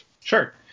Sure